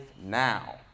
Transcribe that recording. now